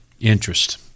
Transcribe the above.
interest